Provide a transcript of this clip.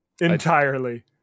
Entirely